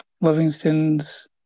Livingston's